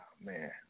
man